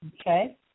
Okay